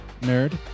nerd